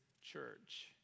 church